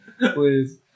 Please